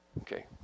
okay